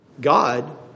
God